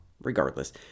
Regardless